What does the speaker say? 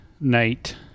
night